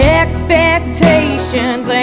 expectations